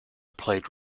played